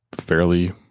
fairly